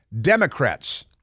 Democrats